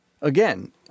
Again